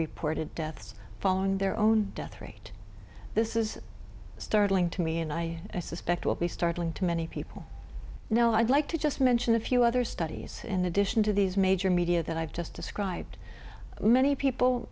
reported deaths following their own death rate this is startling to me and i suspect will be startling to many people you know i'd like to just mention a few other studies in addition to these major media that i've just described many people